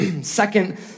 second